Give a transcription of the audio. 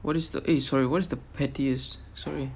what is the eh sorry what's the pettiest sorry